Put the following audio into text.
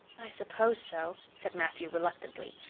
i suppose so, said matthew reluctantly.